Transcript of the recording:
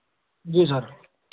जी sir